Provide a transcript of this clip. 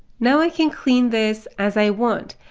now i can clean this as i want.